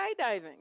skydiving